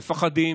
מפחדים.